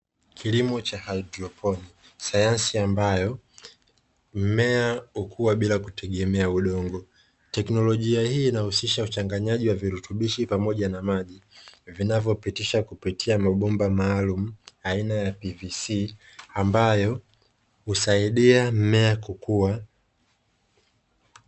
Kilimo cha haidroponi sayansi ambayo mmea ukua bila kutegemea udongo teknolojia hii inahusisha uchanganyaji wa virutubishi pamoja na maji vinavyopitisha kupitia mabomba maalumu aina ya (PVC) ambayo husaidia mmea kukua.